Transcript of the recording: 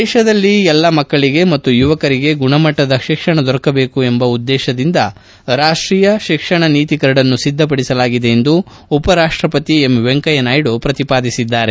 ದೇಶದಲ್ಲಿ ಎಲ್ಲ ಮಕ್ಕಳಿಗೆ ಮತ್ತು ಯುವಕರಿಗೆ ಗುಣಮಟ್ಟದ ಶಿಕ್ಷಣ ದೊರಕಬೇಕು ಎಂಬ ಉದ್ದೇಶದಿಂದ ರಾಷ್ಟೀಯ ಶಿಕ್ಷಣ ನೀತಿ ಕರಡನ್ನು ಸಿದ್ದಪಡಿಲಾಗಿದೆ ಎಂದು ಉಪರಾಷ್ಟಪತಿ ಎಂ ವೆಂಕಯ್ನ ನಾಯ್ನು ಪ್ರತಿಪಾದಿಸಿದ್ದಾರೆ